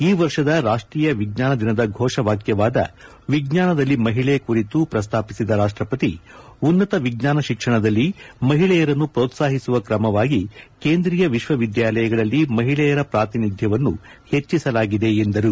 ಈ ವರ್ಷದ ರಾಷ್ಷೀಯ ವಿಜ್ಞಾನ ದಿನದ ಘೋಷವಾಕ್ಯವಾದ ವಿಜ್ಞಾನದಲ್ಲಿ ಮಹಿಳೆ ಕುರಿತು ಪ್ರಸ್ತಾಪಿಸಿದ ರಾಷ್ಟಪತಿ ಉನ್ನತ ವಿಜ್ಞಾನ ಶಿಕ್ಷಣದಲ್ಲಿ ಮಹಿಳೆಯರನ್ನು ಪ್ರೋತ್ಸಾಹಿಸುವ ಕ್ರಮವಾಗಿ ಕೇಂದ್ರೀಯ ವಿಶ್ವವಿದ್ಯಾಲಯಗಳಲ್ಲಿ ಮಹಿಳೆಯರ ಪ್ರಾತಿನಿಧ್ಯವನ್ನು ಹೆಜ್ಜಿಸಲಾಗಿದೆ ಎಂದರು